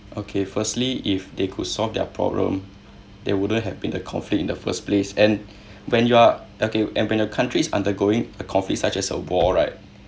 okay firstly if they could solve their problem there wouldn't have been a conflict in the first place and when you are okay and when the country's undergoing a conflict such as a war right